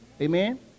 Amen